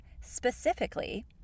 specifically